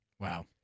Wow